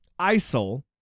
isil